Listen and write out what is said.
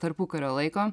tarpukario laiko